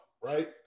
right